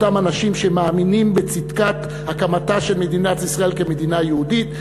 אותם אנשים שמאמינים בצדקת הקמתה של מדינת ישראל כמדינה יהודית,